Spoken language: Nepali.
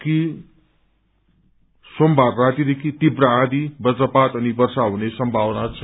कि सोमबार रातिदेखि तीव्र आँधी बज्रपात अनि वष्प हुने सम्भावना छ